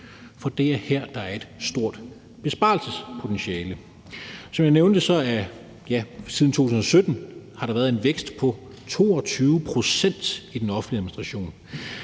for det er her, der er et stort besparelsespotentiale. Som jeg nævnte har der siden 2017 været en vækst på 22 pct. i den offentlige administration.